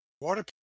water